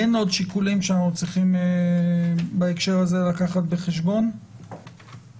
אין עוד שיקולים שאנחנו צריכים לקחת בחשבון בהקשר הזה?